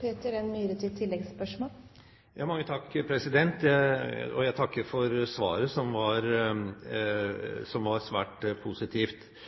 Jeg takker for svaret, som var svært positivt. Jeg har da bare et tilleggsspørsmål, og det er om disse tungvinte og pompøse navnene som